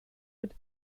mit